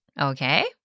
Okay